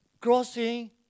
Crossing